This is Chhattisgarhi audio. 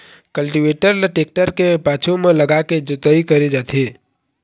कल्टीवेटर ल टेक्टर के पाछू म लगाके जोतई करे जाथे